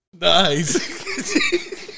Nice